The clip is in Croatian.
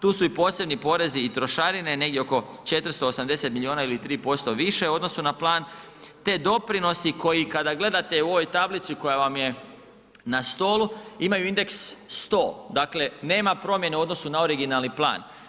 Tu su i posebni porezi i trošarine, negdje oko 480 milijuna ili 3% više u odnosu na plan te doprinosi koji kada gledate u ovoj tablici koja vam je na stolu imaju indeks 100, dakle nema promjene u odnosu na originalni plan.